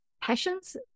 passions